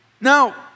Now